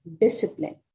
discipline